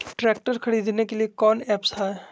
Tractor खरीदने के लिए कौन ऐप्स हाय?